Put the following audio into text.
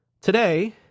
Today